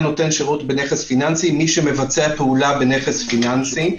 נותן שירות בנכס פיננסי מי שמבצע פעולה בנכס פיננסי.